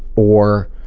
or,